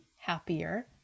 happier